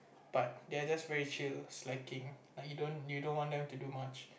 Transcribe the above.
but they are just very chill slacking like you don't you don't want them to do much